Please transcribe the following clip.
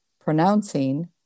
pronouncing